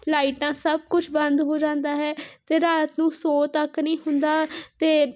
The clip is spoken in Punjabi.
ਲਾਈਟਾਂ ਸਭ ਕੁਛ ਬੰਦ ਹੋ ਜਾਂਦਾ ਹੈ ਅਤੇ ਰਾਤ ਨੂੰ ਸੋ ਤੱਕ ਨਹੀਂ ਹੁੰਦਾ ਅਤੇ